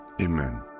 Amen